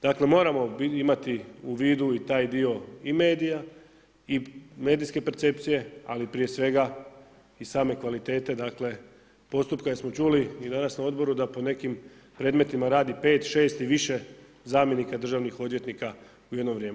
Dakle moramo imati u vidu i taj dio i medija i medijske percepcije, ali prije svega i same kvalitete dakle postupka jer smo čuli i danas na odboru da po nekim predmetima pet, šest i više zamjenika državnih odvjetnika u jedno vrijeme.